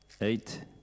eight